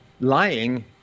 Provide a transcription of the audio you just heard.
lying